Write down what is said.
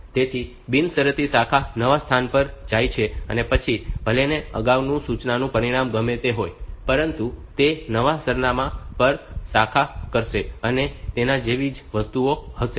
તેથી બિનશરતી શાખા નવા સ્થાન પર જાય છે પછી ભલેને અગાઉની સૂચનાનું પરિણામ ગમે તે હોય પરંતુ તે નવા સરનામા પર શાખા કરશે અને તેના જેવી વસ્તુઓ હશે